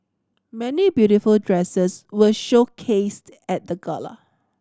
many beautiful dresses were showcased at the gala